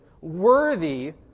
worthy